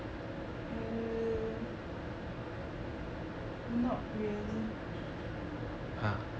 err not really